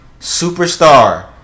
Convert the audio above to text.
superstar